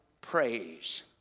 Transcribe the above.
praise